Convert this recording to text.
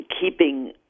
keeping